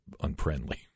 unfriendly